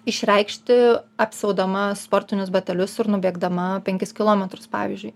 išreikšti apsiaudama sportinius batelius ir nubėgdama penkis kilometrus pavyzdžiui